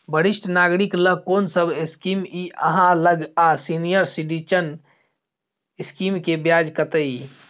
वरिष्ठ नागरिक ल कोन सब स्कीम इ आहाँ लग आ सीनियर सिटीजन स्कीम के ब्याज कत्ते इ?